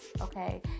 okay